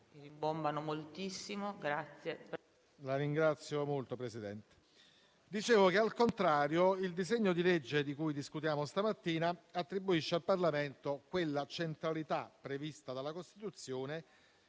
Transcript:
Presidente. Al contrario, il disegno di legge di cui discutiamo stamattina attribuisce al Parlamento la centralità prevista dalla Costituzione,